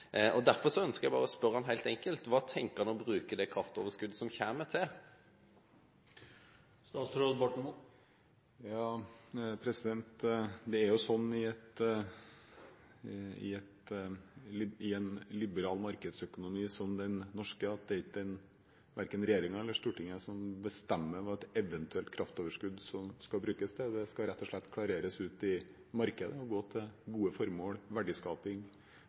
vedtatt. Derfor ønsker jeg bare å spørre ham helt enkelt: Hva tenker han å bruke det kraftoverskuddet som kommer, til? Det er sånn i en liberal markedsøkonomi som den norske, at det er verken regjeringen eller Stortinget som bestemmer hva et eventuelt kraftoverskudd skal brukes til. Det skal rett og slett klareres ut i markedet og gå til gode formål – verdiskaping